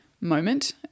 moment